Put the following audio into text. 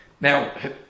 Now